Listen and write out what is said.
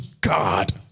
God